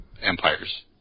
Empire's